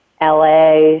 LA